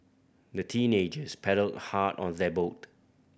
the teenagers paddled hard on their boat